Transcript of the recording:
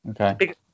Okay